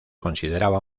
consideraba